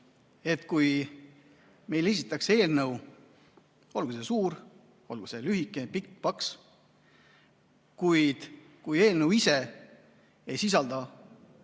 et kui meile esitatakse eelnõu, olgu see suur, olgu see lühike, pikk või paks, ja see eelnõu ise ei sisalda